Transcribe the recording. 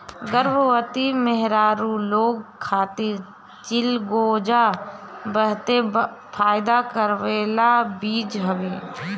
गर्भवती मेहरारू लोग खातिर चिलगोजा बहते फायदा करेवाला चीज हवे